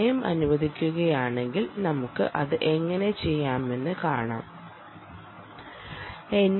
സമയം അനുവദിക്കുകയാണെങ്കിൽ നമുക്ക് അത് എങ്ങനെ ചെയ്യാമെന്ന് കാണാo